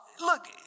Look